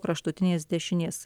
kraštutinės dešinės